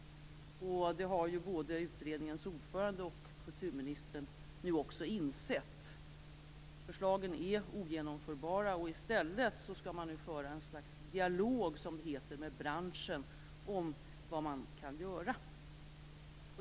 Det har ju både utredningens ordförande och kulturministern nu också insett. Förslagen är ogenomförbara. I stället skall man nu föra ett slags dialog, som det heter, med branschen om vad man kan göra.